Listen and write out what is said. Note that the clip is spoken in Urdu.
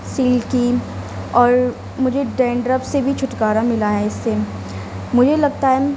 سلکی اور مجھے ڈینڈرف سے بھی چھٹکارہ مِلا ہے اِس سے مجھے لگتا ہے